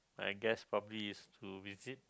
I guess probably is to visit